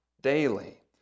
daily